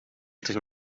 ter